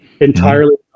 entirely